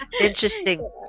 Interesting